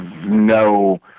no